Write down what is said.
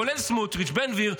כולל סמוטריץ' ובן גביר,